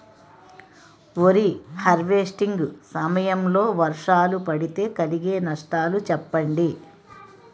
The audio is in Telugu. వరి హార్వెస్టింగ్ సమయం లో వర్షాలు పడితే కలిగే నష్టాలు చెప్పండి?